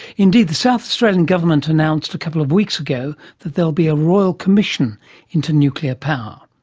indeed the south australian government announced a couple of weeks ago that there will be a royal commission into nuclear power.